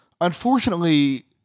unfortunately